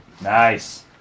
Nice